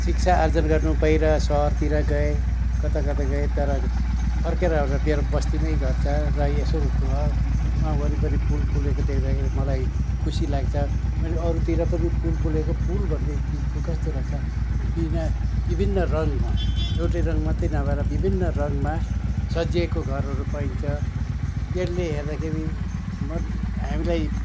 शिक्षा आर्जन गर्नु बाहिर सहरतिर गएँ कता कता गएँ तर फर्किएर आउँदा मेरो बस्ती मै घर छ र यसो घरमा वरिपरि फुल फुलेको देख्दाखेरि मलाई खुसी लाग्छ मैले अरूतिर पनि फुल फुलेको फुल भन्ने चिज चाहिँ कस्तो रहेछ बिना विभिन्न रङमा एउटै रङ मात्रै नभएर विभिन्न रङमा सजिएको घरहरू पाइन्छ त्यसले हेर्दाखेरि म हामीलाई